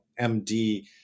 MD